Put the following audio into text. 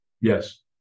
Yes